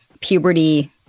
puberty